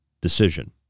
decision